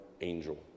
angel